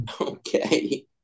Okay